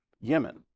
Yemen